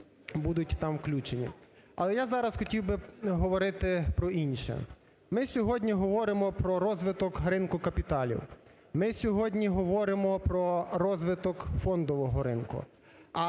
будуть там включені. Але я зараз хотів би говорити про інше. Ми сьогодні говоримо про розвиток ринку капіталів. Ми сьогодні говоримо про розвиток фондового ринку.